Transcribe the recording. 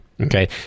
Okay